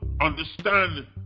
understand